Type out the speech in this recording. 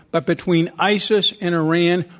but between isis and iran,